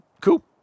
Cool